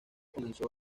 comenzó